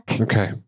Okay